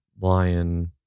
Lion